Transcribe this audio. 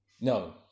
No